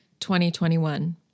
2021